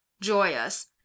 joyous